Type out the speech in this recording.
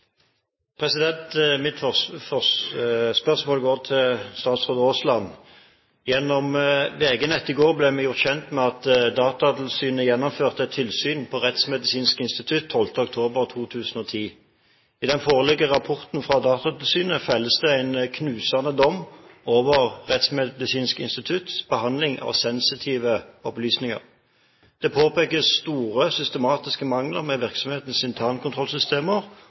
Mitt spørsmål går til statsråd Aasland. Gjennom VG Nett i går ble vi gjort kjent med at Datatilsynet gjennomførte et tilsyn på Rettsmedisinsk institutt 12. november 2010. I den foreliggende rapporten fra Datatilsynet felles det en knusende dom over Rettsmedisinsk institutts behandling av sensitive opplysninger. Det påpekes store systematiske mangler ved virksomhetens internkontrollsystemer